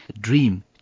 dream